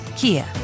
Kia